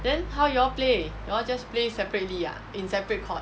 then how you all play you all just play separately ah in separate court